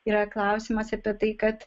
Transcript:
yra klausimas apie tai kad